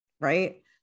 Right